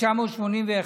התשמ"א 1981,